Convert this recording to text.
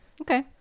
Okay